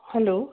hello